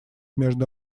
между